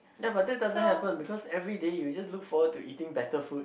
ya but that doesn't happen because every day you just look forward to eating better food